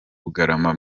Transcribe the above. bugarama